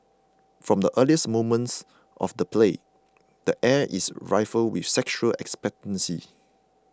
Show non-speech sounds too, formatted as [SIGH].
from the earliest moments of the play the air is [UNINTELLIGIBLE] with sexual expectancy